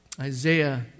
Isaiah